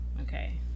Okay